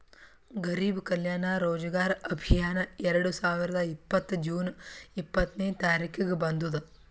ಗರಿಬ್ ಕಲ್ಯಾಣ ರೋಜಗಾರ್ ಅಭಿಯಾನ್ ಎರಡು ಸಾವಿರದ ಇಪ್ಪತ್ತ್ ಜೂನ್ ಇಪ್ಪತ್ನೆ ತಾರಿಕ್ಗ ಬಂದುದ್